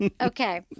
Okay